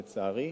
לצערי,